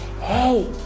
Hey